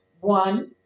One